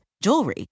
Jewelry